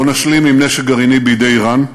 לא נשלים עם נשק גרעיני בידי איראן,